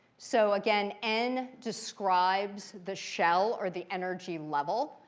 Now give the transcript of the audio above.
so again, n describes the shell or the energy level.